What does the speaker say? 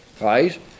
Right